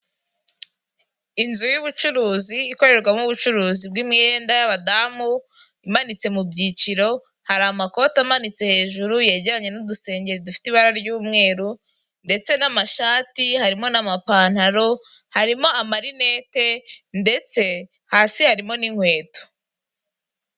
Inzu y'ubucuruzi ikorerwamo ubucuruzi bw'imyenda y'abadamu imanitse mu byiciro hari amakoti amanitse hejuru yegeranye n'udusengeri dufite ibara ry'umweru ndetse n'amashati harimo n'amapantaro ,harimo amarinete ndetse hasi harimo n'inkweto.